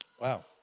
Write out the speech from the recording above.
Wow